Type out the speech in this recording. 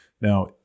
Now